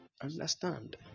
understand